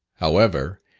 however,